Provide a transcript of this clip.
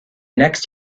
next